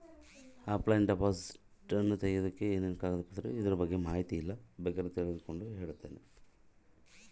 Offline deposit ತೆಗಿಯೋದಕ್ಕೆ ಏನೇನು ಕಾಗದ ಪತ್ರ ಬೇಕು?